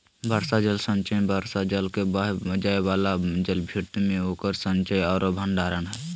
वर्षा जल संचयन वर्षा जल के बह जाय वाला जलभृत में उकर संचय औरो भंडारण हइ